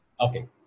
Okay